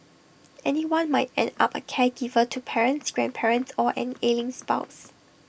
anyone might end up A caregiver to parents grandparents or an ailing spouse